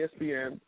ESPN